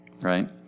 Right